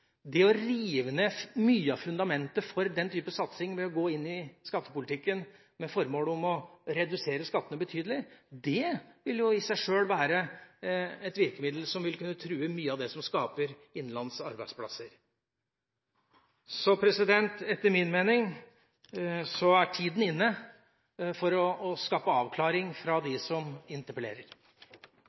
Det å rive ned mye av fundamentet for den type satsing ved å gå inn i skattepolitikken med det formål å redusere skattene betydelig, vil i seg sjøl være et virkemiddel som vil kunne true mye av det som skaper innenlandske arbeidsplasser. Etter min mening er tida inne til å skaffe avklaring fra dem som interpellerer.